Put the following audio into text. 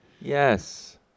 Yes